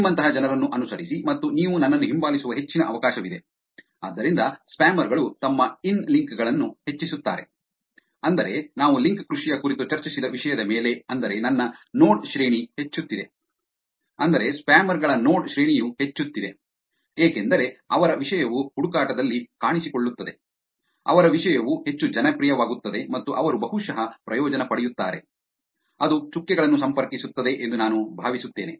ನಿಮ್ಮಂತಹ ಜನರನ್ನು ಅನುಸರಿಸಿ ಮತ್ತು ನೀವು ನನ್ನನ್ನು ಹಿಂಬಾಲಿಸುವ ಹೆಚ್ಚಿನ ಅವಕಾಶವಿದೆ ಆದ್ದರಿಂದ ಸ್ಪ್ಯಾಮರ್ ಗಳು ತಮ್ಮ ಇನ್ ಲಿಂಕ್ ಗಳನ್ನು ಹೆಚ್ಚಿಸುತ್ತಾರೆ ಅಂದರೆ ನಾವು ಲಿಂಕ್ ಕೃಷಿಯ ಕುರಿತು ಚರ್ಚಿಸಿದ ವಿಷಯದ ಮೇಲೆ ಅಂದರೆ ನನ್ನ ನೋಡ್ ಶ್ರೇಣಿ ಹೆಚ್ಚುತ್ತಿದೆ ಅಂದರೆ ಸ್ಪ್ಯಾಮರ್ ಗಳ ನೋಡ್ ಶ್ರೇಣಿಯು ಹೆಚ್ಚುತ್ತಿದೆ ಏಕೆಂದರೆ ಅವರ ವಿಷಯವು ಹುಡುಕಾಟದಲ್ಲಿ ಕಾಣಿಸಿಕೊಳ್ಳುತ್ತದೆ ಅವರ ವಿಷಯವು ಹೆಚ್ಚು ಜನಪ್ರಿಯವಾಗುತ್ತದೆ ಮತ್ತು ಅವರು ಬಹುಶಃ ಪ್ರಯೋಜನ ಪಡೆಯುತ್ತಾರೆ ಅದು ಚುಕ್ಕೆಗಳನ್ನು ಸಂಪರ್ಕಿಸುತ್ತದೆ ಎಂದು ನಾನು ಭಾವಿಸುತ್ತೇನೆ